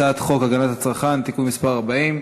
הצעת חוק הגנת הצרכן (תיקון מס' 40),